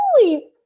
holy